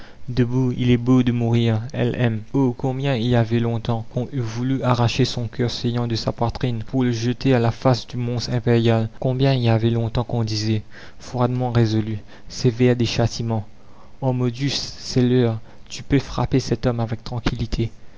debout il est beau de mourir la commune oh combien il y avait longtemps qu'on eût voulu arracher son cœur saignant de sa poitrine pour le jeter à la face du monstre impérial combien il y avait longtemps qu'on disait froidement résolus ces vers des châtiments harmodius c'est l'heure tu peux frapper cet homme avec tranquillité